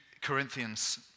Corinthians